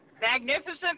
Magnificent